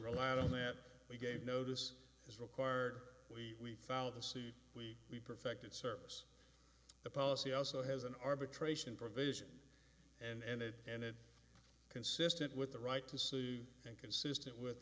relied on that we gave notice as require we found the suit we we perfected service the policy also has an arbitration provision and it and it consistent with the right to sue and consistent with